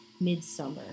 Midsummer